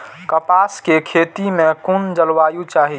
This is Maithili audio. कपास के खेती में कुन जलवायु चाही?